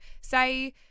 say